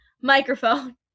microphone